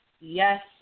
yes